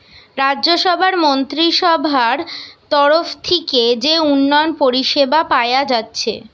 রাজ্যসভার মন্ত্রীসভার তরফ থিকে যে উন্নয়ন পরিষেবা পায়া যাচ্ছে